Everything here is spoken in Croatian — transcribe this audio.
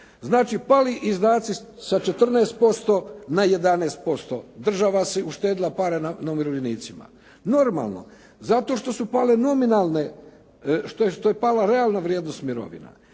Znači pali izdaci sa 14% na 11%. Država si je uštedila pare na umirovljenicima. Normalno, zato što su pale nominalne, što je pala realna vrijednost mirovina,